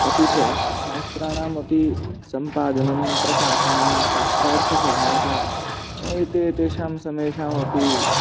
अपि च शास्त्राणामपि सम्पादनं प्रकाशनं शास्त्रार्थसभाः ते एतेषां समेषामपि